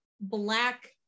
black